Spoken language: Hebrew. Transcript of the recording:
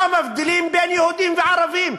לא מבדילים בין יהודים לערבים,